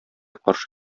каршы